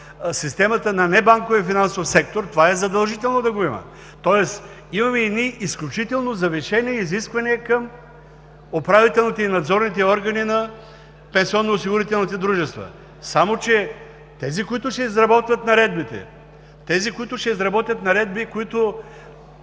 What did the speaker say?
системата на небанковия финансов сектор, това е задължително да го има. Тоест имаме едни изключително завишени изисквания към управителните и надзорните органи на пенсионно-осигурителните дружества. Само че тези, които ще изработят наредби, които хората с по-висока